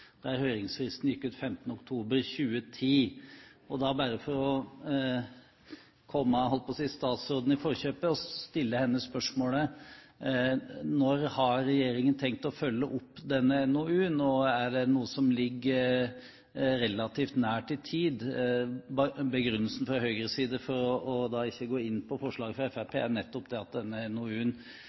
der høringsfristen gikk ut 15. oktober 2010. Og bare for å komme statsråden i forkjøpet vil jeg stille henne spørsmålet: Når har regjeringen tenkt å følge opp denne NOU-en, og er det noe som ligger relativt nært i tid? Begrunnelsen fra Høyres side for ikke å gå inn for forslagene fra Fremskrittspartiet er nettopp at NOU-en ganske nylig er